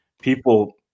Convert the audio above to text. people